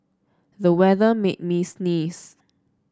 the weather made me sneeze